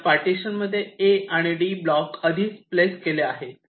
त्या पार्टिशन मध्ये A आणि D ब्लॉक आधीच प्लेस केले आहेत